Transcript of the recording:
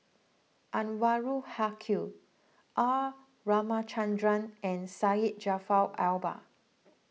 Anwarul Haque R Ramachandran and Syed Jaafar Albar